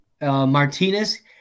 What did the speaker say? Martinez